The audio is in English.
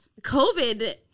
COVID